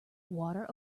water